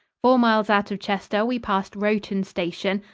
four miles out of chester we passed rowton station,